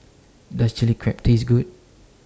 Does Chilli Crab Taste Good